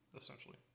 essentially